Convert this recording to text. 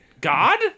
God